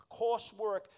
coursework